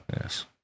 Yes